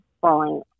falling